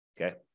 okay